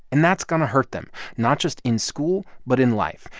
and that's going to hurt them, not just in school but in life.